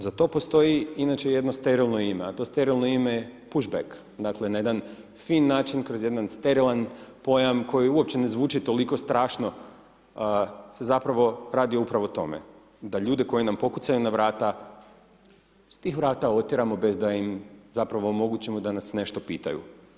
Za to postoji inače jedno sterilno ime, a to sterilno ime je puš beg, dakle, na jedan fin način, kroz jedan sterilan pojam koji uopće ne zvuči toliko strašno, se zapravo radi upravo o tome da ljude koji nam pokucaju na vrata, s tih vrata otjeramo bez da im zapravo omogućimo da nas nešto pitaju.